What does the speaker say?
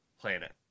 planet